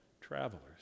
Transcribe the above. travelers